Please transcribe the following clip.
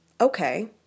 okay